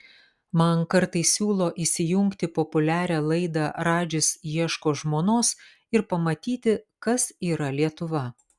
man kartais siūlo įsijungti populiarią laidą radžis ieško žmonos ir pamatyti kas yra lietuva